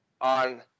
on